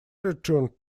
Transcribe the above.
returned